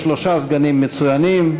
שלושה סגנים מצוינים.